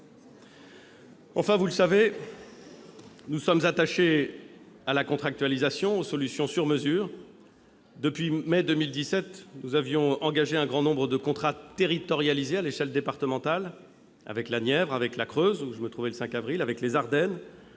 messieurs les sénateurs, nous sommes attachés à la contractualisation, aux solutions sur mesure. Depuis mai 2017, nous avons engagé un grand nombre de contrats territorialisés à l'échelle départementale, avec la Nièvre, avec la Creuse, où je me trouvais le 5 avril, avec les Ardennes,